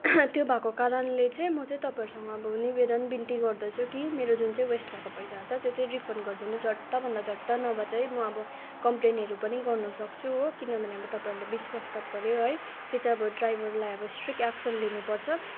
त्यो भएको कारणले चाहिँ म चाहिँ तपाईँहरूसँग अब निवेदन बिन्ती गर्दछु कि मेरो जुन चाहिँ वेस्ट भएको पैसाहरू चाहिँ त्यो चाहिँ रिफन्ड गरिदिनु झट्टभन्दा झट्ट नभए चाहिँ म अब कम्प्लेनहरू पनि गर्नु सक्छु हो किनभने अब तपाईँहरूले विश्वासघात गर्यो है कि चाहिँ अब ड्राइभरलाई अब स्ट्रिक्ट एक्सन लिनुपर्छ